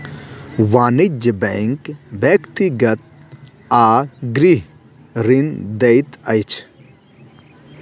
वाणिज्य बैंक व्यक्तिगत आ गृह ऋण दैत अछि